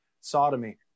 sodomy